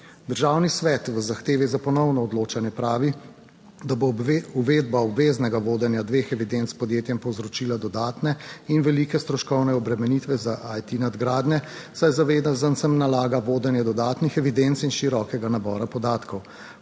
Državni svet v zahtevi za ponovno odločanje pravi, da bo uvedba obveznega vodenja dveh evidenc podjetjem povzročila dodatne in velike stroškovne obremenitve za IT nadgradnje, saj zavezancem nalaga vodenje dodatnih evidenc in širokega nabora podatkov.